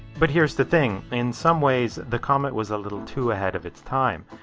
but here's the thing, in some ways, the comet was a little too ahead of its time.